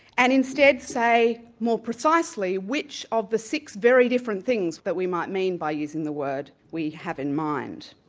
and instead say more precisely which of the six very different things that we might mean by using the word we have in mind.